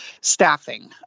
staffing